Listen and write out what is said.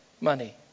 money